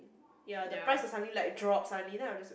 ya the price will suddenly like drop suddenly then I'm just